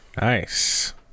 Nice